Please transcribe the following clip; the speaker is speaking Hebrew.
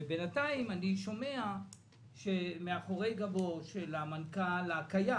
ובינתיים אני שומע שמאחורי גבו של המנכ"ל הקיים,